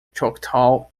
choctaw